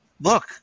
look